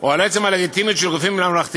או על עצם הלגיטימיות של גופים ממלכתיים,